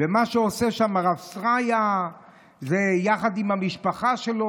ומה שעושה שם הרב שריה יחד עם המשפחה שלו